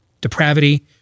Depravity